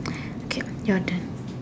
okay your turn